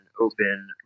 open